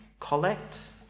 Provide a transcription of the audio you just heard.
Collect